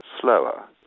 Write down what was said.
slower